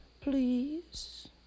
please